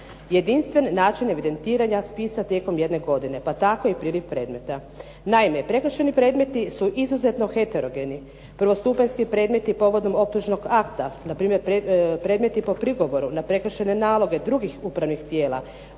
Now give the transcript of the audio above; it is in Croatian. jedinstven način evidentiranja spisa tijekom jedne godine, pa tako i priliv predmeta. Naime, prekršajni predmeti su izuzetno heterogeni. Prvostupanjski predmeti povodom optužnog akta, na primjer predmeti po prigovoru na prekršajne naloge drugih upravnih tijela,